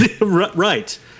Right